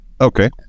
Okay